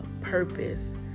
purpose